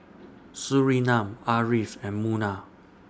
Surinam Ariff and Munah